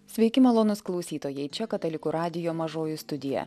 sveiki malonūs klausytojai čia katalikų radijo mažoji studija